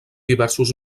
diversos